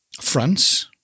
France